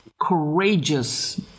courageous